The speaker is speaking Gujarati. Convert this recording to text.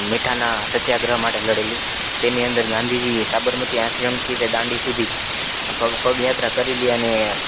મીઠાનાં સત્યાગ્રહ માટે લડેલું તેની અંદર ગાંધીજીએ સાબરમતી આશ્રમથી તે દાંડી સુધી પગ પગ યાત્રા કરેલી અને